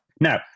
Now